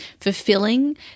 fulfilling